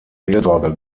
seelsorge